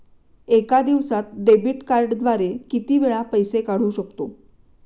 एका दिवसांत डेबिट कार्डद्वारे किती वेळा पैसे काढू शकतो?